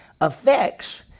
affects